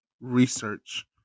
research